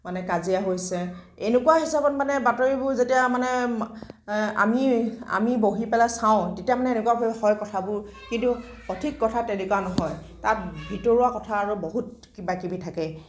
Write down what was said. মানে কাজিয়া হৈছে এনেকুৱা হিচাপত মানে বাতৰিবোৰ যেতিয়া মানে আমি আমি বহি পেলাই চাওঁ তেতিয়া মানে এনেকুৱা হয় কথাবোৰ কিন্তু সঠিক কথা তেনেকুৱা নহয় তাত ভিতৰুৱা কথা আৰু বহুত কিবা কিবি থাকে